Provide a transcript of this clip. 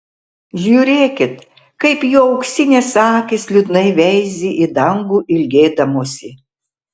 žiūrėkit kaip jų auksinės akys liūdnai veizi į dangų ilgėdamosi